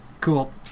Cool